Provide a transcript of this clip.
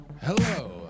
Hello